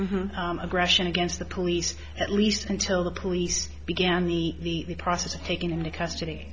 aggression against the police at least until the police began the process of taking into custody